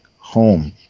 home